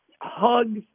hugs